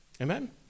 Amen